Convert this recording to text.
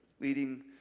Leading